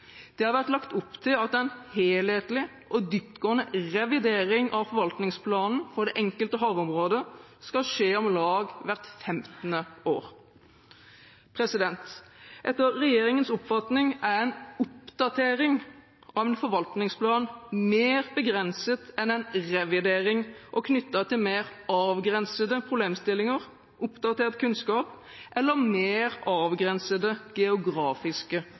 Det har vært lagt opp til at en helhetlig og dyptgående revidering av forvaltningsplanen for det enkelte havområde skal skje om lag hvert 15. år. Etter regjeringens oppfatning er en oppdatering av en forvaltningsplan mer begrenset enn en revidering og knyttet til mer avgrensede problemstillinger, oppdatert kunnskap eller mer avgrensede geografiske